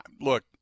look